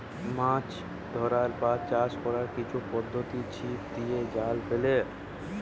মাছ ধরার বা চাষ কোরার কিছু পদ্ধোতি ছিপ দিয়ে, জাল ফেলে